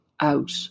out